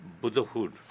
Buddhahood